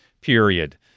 period